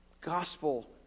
gospel